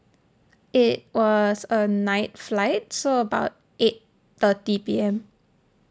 it was a night flight so about eight thirty P_M